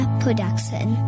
Production